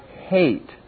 hate